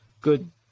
good